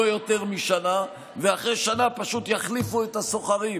לא יותר משנה, ואחרי שנה פשוט יחליפו את השוכרים,